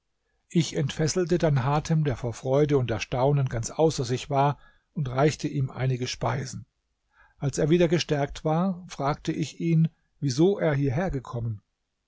ich entfesselte dann hatem der vor freude und erstaunen ganz außer sich war und reichte ihm einige speisen als er wieder gestärkt war fragte ich ihn wieso er hierher gekommen